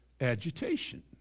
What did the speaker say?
agitation